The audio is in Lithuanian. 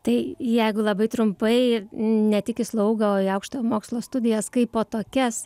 tai jeigu labai trumpai ne tik į slaugą o į aukštojo mokslo studijas kaipo tokias